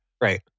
Right